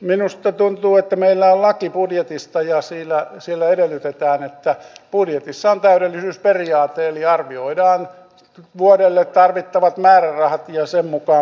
minusta tuntuu että meillä on laki budjetista ja siellä edellytetään että budjetissa on täydellisyysperiaate eli arvioidaan vuodelle tarvittavat määrärahat ja sen mukaan budjetoidaan